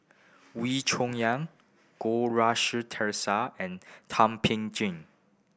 Wee Cho Yaw Goh Rui Si Theresa and Thum Ping Tjin